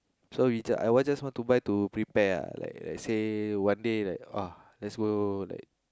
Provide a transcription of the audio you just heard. so we just I just wan to buy to prepare ah like like say one day like let's go like